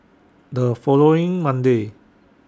The following Monday